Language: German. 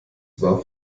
war